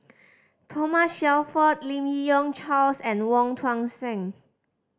Thomas Shelford Lim Yi Yong Charles and Wong Tuang Seng